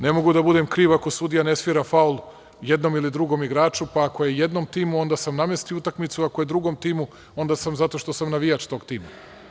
Ne mogu ja da budem kriv ako sudija ne svira faul jednom ili drugom igraču, pa ako je jednom timu, onda sam namestio utakmicu, ili ako je drugom timu, onda sam zato što sam navijač tog tima.